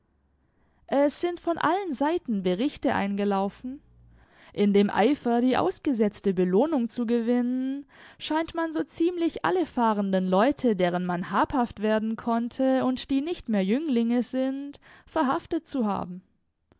es sind von allen seiten berichte eingelaufen in dem eifer die ausgesetzte belohnung zu gewinnen scheint man so ziemlich alle fahrenden leute deren man habhaft werden konnte und die nicht mehr jünglinge sind verhaftet zu haben